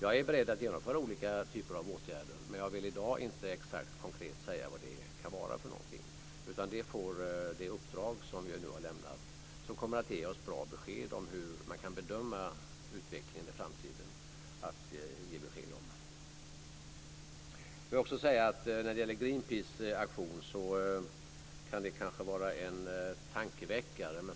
Jag är beredd att vidta olika typer av åtgärder, men jag vill inte i dag konkret säga exakt vad det kan vara för någonting. Det får det uppdrag som vi har lämnat till Naturvårdsverket att visa. Det kommer att ge oss bra besked om hur man kan bedöma utvecklingen i framtiden. När det gäller Greenpeace aktion kan den kanske vara en tankeväckare.